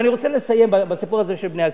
ואני רוצה לסיים בסיפור הזה של "בני עקיבא".